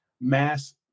mass